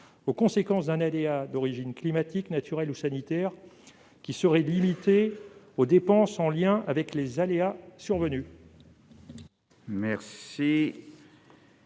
aux conséquences d'un aléa d'origine climatique, naturelle ou sanitaire, qui serait limitée aux dépenses en lien avec les aléas survenus.